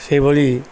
ସେହିଭଳି